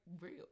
real